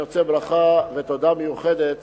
אני רוצה לשלוח ברכה ותודה מיוחדת